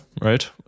right